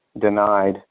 denied